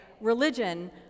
religion